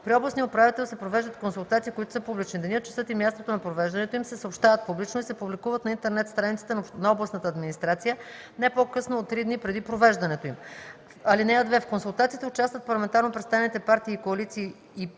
При областния управител се провеждат консултации, които са публични. Денят, часът и мястото на провеждането им се съобщават публично и се публикуват на интернет страницата на областната администрация не по-късно от три дни преди провеждането им. (2) В консултациите участват парламентарно представените партии и коалиции